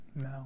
no